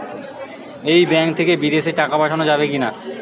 এই ব্যাঙ্ক থেকে বিদেশে টাকা পাঠানো যাবে কিনা?